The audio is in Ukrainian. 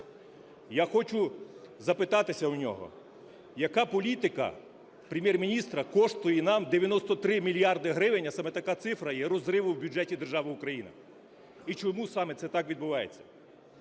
Я хочу запитати в нього, яка політика Прем'єр-міністра коштує нам 93 мільярди гривень, а саме така цифра є розривом в бюджеті держави України, і чому саме це так відбувається?